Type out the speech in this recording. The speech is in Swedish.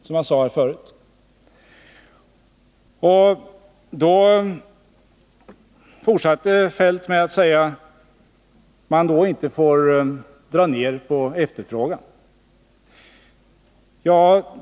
Kjell-Olof Feldt fortsatte med att säga att man då inte får dra ned på efterfrågan.